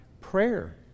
prayer